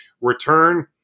return